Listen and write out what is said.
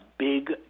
big